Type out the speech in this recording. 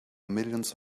millions